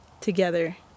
Together